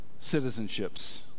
citizenships